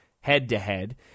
head-to-head